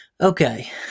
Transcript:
Okay